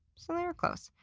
so they were close.